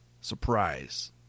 Surprise